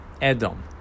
Edom